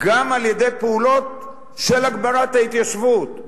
גם על-ידי פעולות של הגברת ההתיישבות,